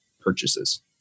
purchases